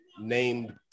named